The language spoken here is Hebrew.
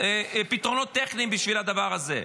פתרונות טכניים בשביל הדבר הזה,